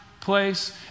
place